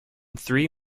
three